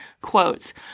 quotes